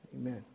Amen